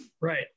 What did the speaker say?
Right